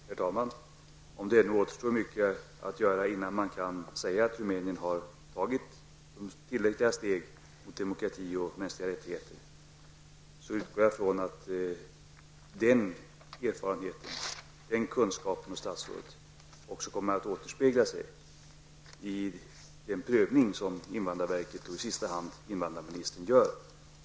Herr talman! Om det nu återstår mycket att göra innan man kan säga att Rumänien har tagit tillräckliga steg mot demokrati och mänskliga rättigheter, utgår jag ifrån att denna erfarenhet och kunskap, statsrådet, också kommer att återspegla sig i den prövning som invandrarverket och i sista hand invandrarministern gör.